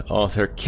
author